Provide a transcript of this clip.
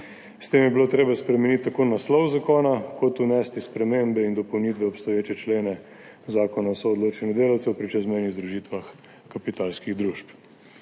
S tem je bilo treba spremeniti tako naslov zakona kot vnesti spremembe in dopolnitve v obstoječe člena Zakona o soodločanju delavcev pri čezmejnih združitvah kapitalskih družb.